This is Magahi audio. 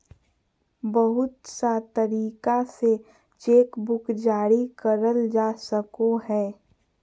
बहुत सा तरीका से चेकबुक जारी करल जा सको हय